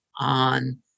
on